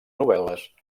novel·les